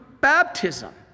baptism